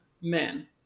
men